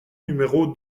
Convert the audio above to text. numéro